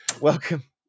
Welcome